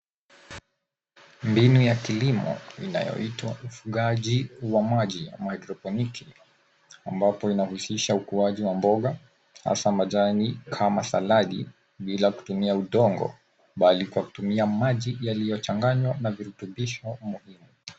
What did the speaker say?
Mbinu ya kilimo inayoitwa ufugaji wa maji ama haidroponiki ambapo inahusisha ukuaji wa mboga hasa majani kama saladi bila kutumia udongo bali kwa kutumia maji yaliyochanganywa na virutubisho muhimu.